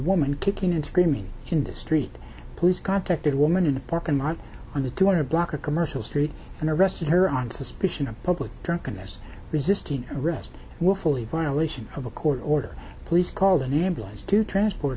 woman kicking and screaming into street police contacted woman in a parking lot on the two hundred block a commercial street and arrested her on suspicion of public drunkenness resisting arrest willfully violation of a court order police called an ambulance to transport